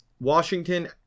Washington